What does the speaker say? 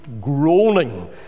groaning